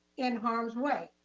in harm's way.